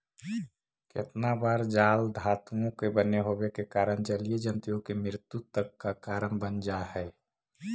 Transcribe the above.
केतना बार जाल धातुओं का बने होवे के कारण जलीय जन्तुओं की मृत्यु तक का कारण बन जा हई